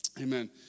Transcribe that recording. amen